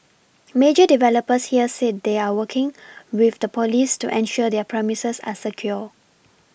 major developers here said they are working with the police to ensure their premises are secure